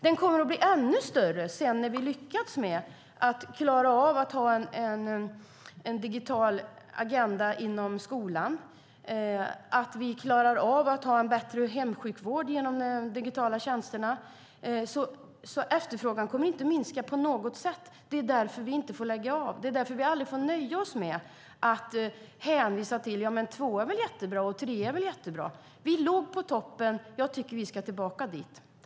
Den kommer att bli ännu större när vi lyckats med en digital agenda inom skolan och en bättre hemsjukvård genom digitala tjänster. Efterfrågan kommer inte att minska på något sätt. Det är därför vi inte får lägga av. Det är därför vi aldrig får nöja oss med att hänvisa till att det är jättebra att vara tvåa eller trea. Vi låg på toppen. Jag tycker att vi ska tillbaka dit.